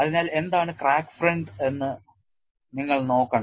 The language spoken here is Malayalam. അതിനാൽ എന്താണ് ക്രാക്ക് ഫ്രണ്ട് എന്ന് നിങ്ങൾ നോക്കണം